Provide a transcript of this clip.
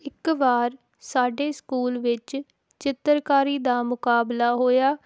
ਇੱਕ ਵਾਰ ਸਾਡੇ ਸਕੂਲ ਵਿੱਚ ਚਿੱਤਰਕਾਰੀ ਦਾ ਮੁਕਾਬਲਾ ਹੋਇਆ